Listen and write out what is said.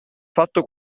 fatto